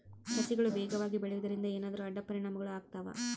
ಸಸಿಗಳು ವೇಗವಾಗಿ ಬೆಳೆಯುವದರಿಂದ ಏನಾದರೂ ಅಡ್ಡ ಪರಿಣಾಮಗಳು ಆಗ್ತವಾ?